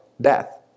death